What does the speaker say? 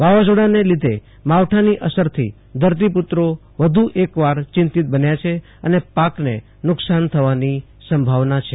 વાવાઝોડાના લીધે માવઠાંની અસરથી ધરતીપુત્રો વધુ એકવાર ચિંતિત બન્યા છે અને પાકને નુકશાન થવાની સંભાવના છે